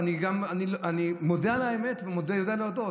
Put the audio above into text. ואני מודה על האמת ויודע להודות,